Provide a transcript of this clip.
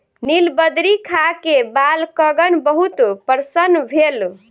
नीलबदरी खा के बालकगण बहुत प्रसन्न भेल